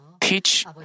teach